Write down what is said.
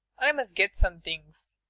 i must get some things.